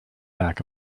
back